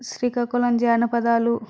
శ్రీకాకుళం జానపదాలు